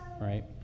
right